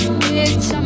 bitch